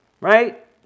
right